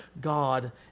God